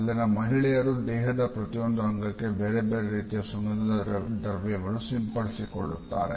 ಅಲ್ಲಿನ ಮಹಿಳೆಯರು ದೇಹದ ಪ್ರತಿಯೊಂದು ಅಂಗಕ್ಕೆ ಬೇರೆ ಬೇರೆ ರೀತಿಯ ಸುಗಂಧ ದ್ರವ್ಯವನ್ನು ಪೂಸಿಕೊಳ್ಳುತ್ತಾರೆ